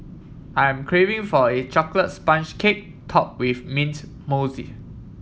I am craving for a chocolate sponge cake topped with mint mousse